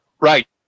Right